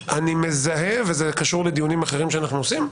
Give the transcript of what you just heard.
אני מזהה וזה קשור לדיונים אחרים שאנחנו עושים,